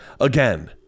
Again